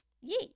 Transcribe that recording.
Yay